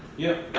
yeah,